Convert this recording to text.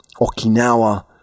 Okinawa